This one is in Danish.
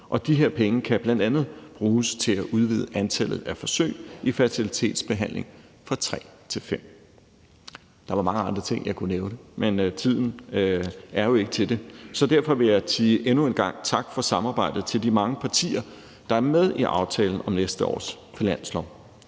De her penge kan bl.a. bruges til at udvide antallet af forsøg i fertilitetsbehandling fra tre til fem. Der er mange andre ting, jeg kunne nævne, men tiden er jo ikke til det. Så derfor vil jeg endnu en gang sige tak for samarbejdet til de mange partier, der er med i aftalen om næste års finanslov.